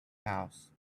house